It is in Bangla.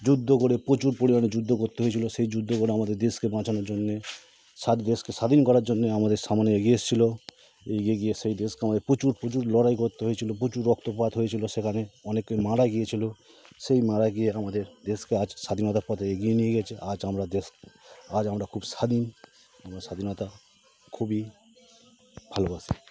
যুদ্ধ করে প্রচুর পরিমাণে যুদ্ধ করতে হয়েছিলো সেই যুদ্ধ করে আমাদের দেশকে বাঁচানোর জন্যে সারা দেশকে স্বাধীন করার জন্যে আমাদের সামনে এগিয়ে এসছিলো ওই যে দেশ ওই দেশকে আমাদের প্রচুর প্রচুর লড়াই করতে হয়েছিলো প্রচুর রক্তপাত হয়েছিলো সেখানে অনেকে মারা গিয়েছিলো সেই মারা গিয়ে আমাদের দেশকে আজ স্বাধীনতার পথে এগিয়ে নিয়ে গেছে আজ আমরা দেশ আজ আমরা খুব স্বাধীন আমরা স্বাধীনতা খুবই ভালোবাসি